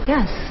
Yes